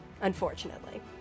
unfortunately